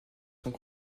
sont